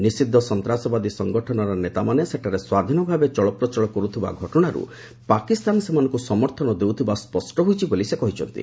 ନିଷିଦ୍ଧ ସନ୍ତାସବାଦୀ ସଂଗଠନର ନେତାମାନେ ସେଠାରେ ସ୍ୱାଧୀନଭାବେ ଚଳପ୍ରଚଳ କରୁଥିବା ଘଟଣାରୁ ପାକିସ୍ତାନ ସେମାନଙ୍କୁ ସମର୍ଥନ ଦେଉଥିବା ସ୍ୱଷ୍ଟ ହୋଇଛି ବୋଲି ସେ କହିଛନ୍ତି